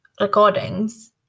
recordings